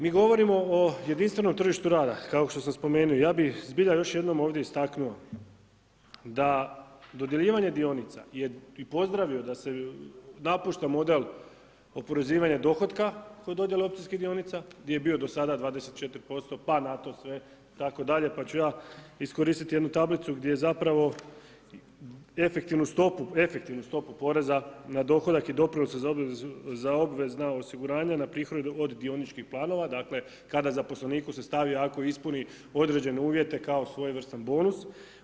Mi govorimo o jedinstvenom tržištu rada, kao što sam spomenuo, ja bih zbilja još jednom ovdje istaknuo da dodjeljivanje dionica je i pozdravio da se napušta model oporezivanja dohotka kod dodjele opcijskih dionica gdje je bio do sada 24% pa na to sve tako dalje pa ću ja iskoristiti jednu tablicu gdje zapravo efektivnu stopu, efektivnu stopu poreza na dohodak i doprinose za obvezna osiguranja na prihod od dioničkih planova, dakle kada zaposleniku se stavi ako ispuni određene uvjete kao svojevrstan bonus.